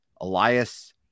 Elias